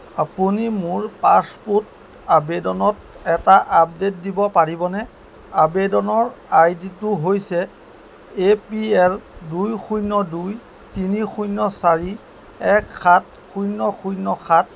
আপুনি মোৰ পাছপোৰ্ট আবেদনত এটা আপডে'ট দিব পাৰিবনে আবেদনৰ আইডি টো হৈছে এ পি এল দুই শূন্য দুই তিনি শূন্য চাৰি এক সাত শূন্য শূন্য সাত